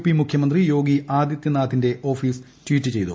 P മുഖൃമന്ത്രി യോഗി ആദിത്യനാഥിന്റെ office tweet ചെയ്തു